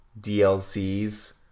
DLCs